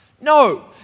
No